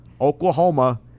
Oklahoma